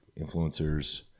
influencers